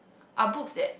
are books that